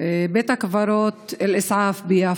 בית הקברות אל-אסעאף ביפו.